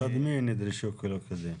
מצד מי נדרשו לא כדין?